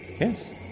Yes